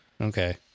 Okay